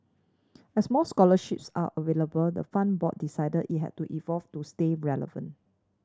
as more scholarships are available the fund board decided it had to evolve to stay relevant